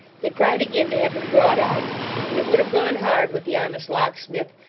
they cried again to have him brought out and it would have gone hard with the honest locksmith,